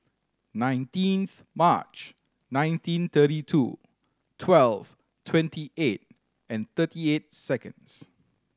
nineteenth March nineteen thirty two twelve twenty eight and thirty eight seconds